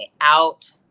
out